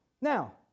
Now